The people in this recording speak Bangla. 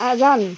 হ্যাঁ যান